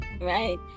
Right